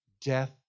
death